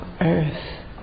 Earth